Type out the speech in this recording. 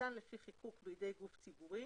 הניתן לפי חיקוק בידי גוף ציבורי,